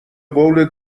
قول